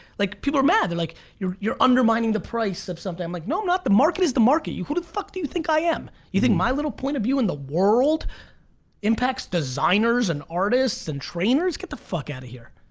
like people are mad! they're like, you're you're undermining the price of something. i'm like, no, i'm not! the market is the market. who the fuck do you think i am? you think my little point of view in the world impacts designers and artists and trainers? get the fuck outta here.